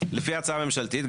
לפי ההצעה הממשלתית,